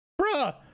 bruh